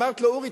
אמרתי לו: אורי,